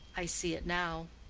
i see it now.